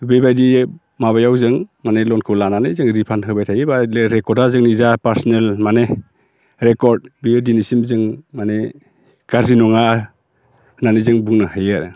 बेबायदि माबायाव जों माने ल'नखौ लानानै जोङो रिफान्ड होबाय थायो बा रेकर्डआ जोंनि जा पार्सनेल माने रेकर्ड बियो दिनैसिम जों माने गाज्रि नङा होननानै जों बुंनो हायो आरो